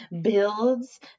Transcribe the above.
builds